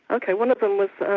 ok, one of them was,